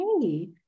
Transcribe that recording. hey